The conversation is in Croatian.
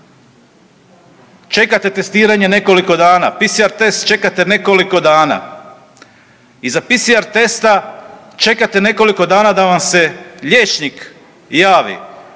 čekate testiranje nekoliko dana, PCR test čekate nekoliko dana, iza PCR testa čekate nekoliko dana da vam se liječnik javi,